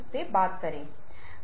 सिर हिलाते हुए हाँ और ना